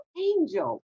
Angel